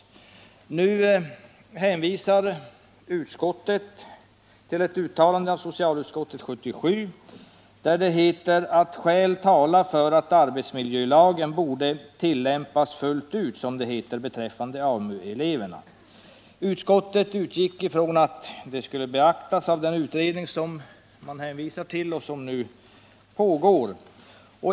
Utskottet hänvisar till ett uttalande av socialutskottet 1977, där det heter att skäl talar för att arbetsmiljölagen borde ”tillämpas fullt ut” beträffande AMU-eleverna. Utskottet utgick ifrån att detta skulle beaktas av den utredning som nu pågår.